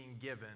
given